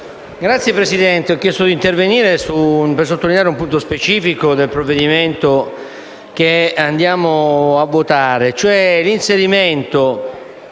Signora Presidente, ho chiesto di intervenire per sottolineare un punto specifico del provvedimento al nostro esame, cioè l'inserimento,